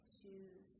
choose